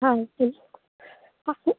हम छी